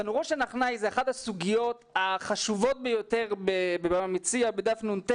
תנורו של עכנאי זה אחת הסוגיות החשובות ביותר במציעא בדף נ"ט,